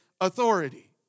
authority